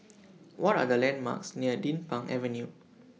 What Are The landmarks near Din Pang Avenue